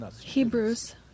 Hebrews